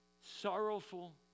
sorrowful